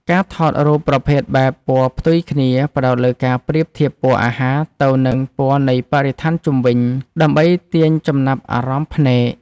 ការថតរូបប្រភេទបែបពណ៌ផ្ទុយគ្នា ផ្ដោតលើការប្រៀបធៀបពណ៌អាហារ ទៅនឹងពណ៌នៃបរិស្ថានជុំវិញ ដើម្បីទាញចំណាប់អារម្មណ៍ភ្នែក។